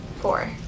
Four